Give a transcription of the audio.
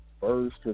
first